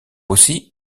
aussi